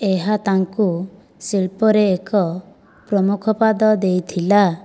ଏହା ତାଙ୍କୁ ଶିଳ୍ପରେ ଏକ ପ୍ରମୁଖ ପାଦ ଦେଇଥିଲା